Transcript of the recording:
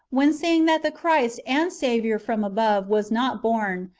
when saying that the christ and saviour from above was not born,